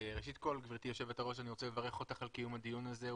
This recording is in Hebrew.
ראשית כל גבירתי היו"ר אני רוצה לברך אותך על קיום הדיון הזה,